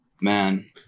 man